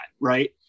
right